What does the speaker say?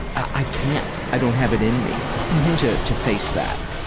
i can't. i don't have it in me to to face that.